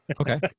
okay